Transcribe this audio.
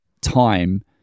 time